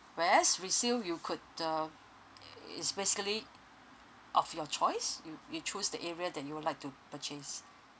whereas resale you could um i~ it's basically of your choice you you choose the area that you would like to purchase